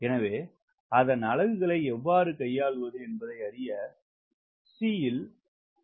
எனவே அதன் அலகுகளை எவ்வாறு கையாள்வது என்பதை அறிய C இல் சிறிது நேரம் செலவிட்டோம்